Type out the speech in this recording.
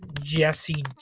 Jesse